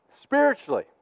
spiritually